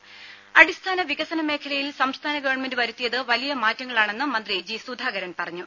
രുമ അടിസ്ഥാന വികസന മേഖലയിൽ സംസ്ഥാന ഗവൺമെന്റ് വരുത്തിയത് വലിയ മാറ്റങ്ങളാണെന്ന് മന്ത്രി ജി സുധാകരൻ പറഞ്ഞു